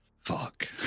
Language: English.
fuck